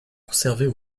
conservées